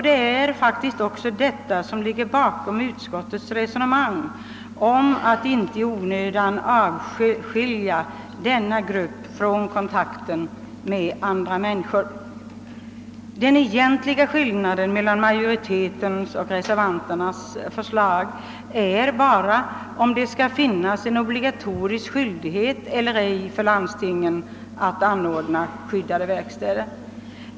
Det är också denna uppfattning som ligger bakom utskottsmajoritetens resonemang om att inte i onödan avskilja denna grupp från kontakten med andra människor. Den egentliga skillnaden mellan majoritetens och reservanternas förslag är endast, huruvida det skall finnas en obligatorisk skyldighet eller ej för landstingen att anordna skyddade verkstäder.